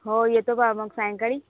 हो येतो बा मग सायंकाळी